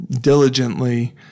diligently